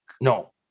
No